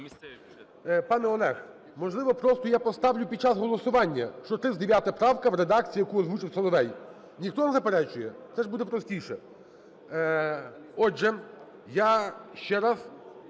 Пане Олег, можливо, просто я поставлю під час голосування, що 39 правка в редакції, яку озвучив Соловей? Ніхто не заперечує? Це ж буде простіше. Отже, я ще раз